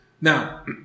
Now